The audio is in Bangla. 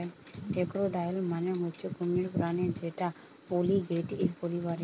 ক্রোকোডাইল মানে হচ্ছে কুমির প্রাণী যেটা অলিগেটের পরিবারের